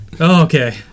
Okay